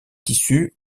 tissu